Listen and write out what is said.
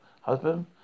husband